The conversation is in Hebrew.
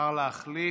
אפשר להחליף.